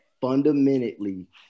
fundamentally